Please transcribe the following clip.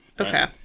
Okay